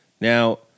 Now